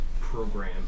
program